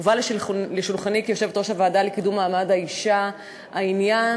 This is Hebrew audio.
הובא לשולחני כיושבת-ראש הוועדה לקידום מעמד האישה העניין